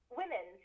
women